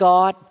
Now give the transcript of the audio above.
God